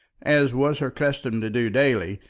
as was her custom to do daily,